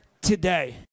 today